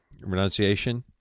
Renunciation